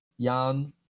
Jan